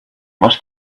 must